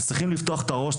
אז צריכים לפתוח את הראש,